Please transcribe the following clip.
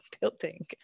building